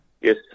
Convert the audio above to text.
Yes